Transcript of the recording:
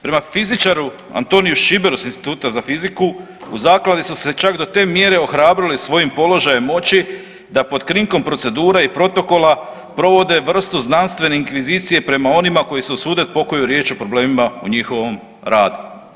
Prema fizičaru Antoniju Šiberu s Instituta za fiziku u zakladi su se čak do te mjere ohrabrili svojim položajem moći da pod krinkom procedure i protokola provode vrstu znanstvene inkvizicije prema onima koji se usude pokoju riječ o problemima u njihovom radu.